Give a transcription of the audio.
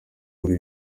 muri